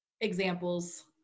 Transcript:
examples